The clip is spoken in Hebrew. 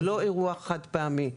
זה לא אירוע חד פעמי.